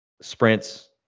sprints